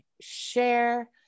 share